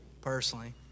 personally